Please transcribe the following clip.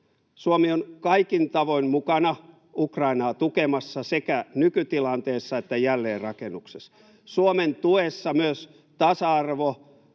Suomi on kaikin tavoin mukana Ukrainaa tukemassa sekä nykytilanteessa että jälleenrakennuksessa. Myös tasa-arvo,